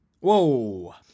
Whoa